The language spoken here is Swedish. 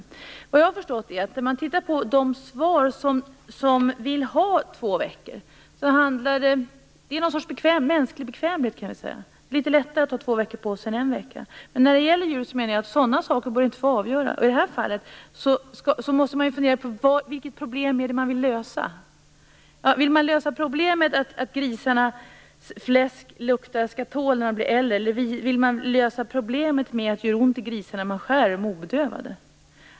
Såvitt jag har förstått av de svar som anger att man vill ha två veckor beror det på någon sorts mänsklig bekvämlighet. Det är litet lättare att ha två veckor på sig än en vecka. Men när det gäller djur menar jag att sådana saker inte bör få avgöra. I det här fallet måste man fundera på vilket problem det är man vill lösa. Vill man lösa problemet med att grisarnas fläsk luktar skatol när de blir äldre eller vill man lösa problemet med att det gör ont i de obedövade grisarna när man skär i dem?